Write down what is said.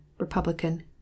Republican